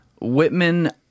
Whitman